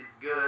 good